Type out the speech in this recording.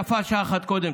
יפה שעה אחת קודם.